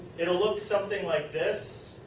it will look something like this.